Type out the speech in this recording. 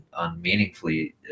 unmeaningfully